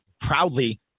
proudly